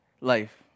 life